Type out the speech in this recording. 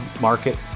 market